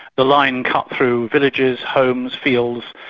the line cut through villages, homes, fields,